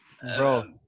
bro